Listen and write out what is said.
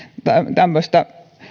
tämmöistä